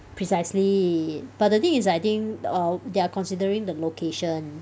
precisely but the thing is I think err they are considering the location